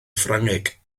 ffrangeg